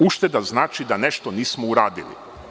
Ušteda znači da nešto nismo uradili.